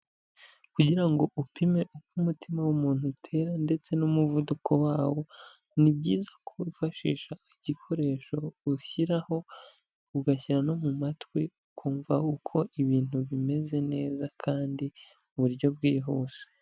Kugira ngo upime uko umutima w'umuntu utera ndetse n'umuvuduko wawo, ni byiza ko wifashisha igikoresho ushyiraho, ugashyira no mu matwi ukumva uko ibintu bimeze neza kandi mu buryo bwihuse.